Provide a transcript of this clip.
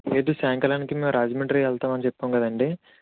ఎటు సాయంకాలానికి మేము రాజమండ్రి వెళ్తామని చెప్పాము కదండీ